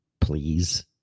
please